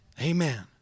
Amen